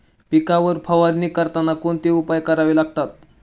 पिकांवर फवारणी करताना कोणते उपाय करावे लागतात?